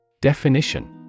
Definition